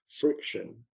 friction